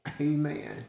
Amen